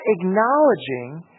acknowledging